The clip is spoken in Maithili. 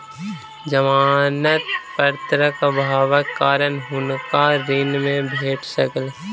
जमानत पत्रक अभावक कारण हुनका ऋण नै भेट सकल